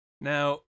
Now